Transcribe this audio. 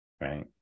right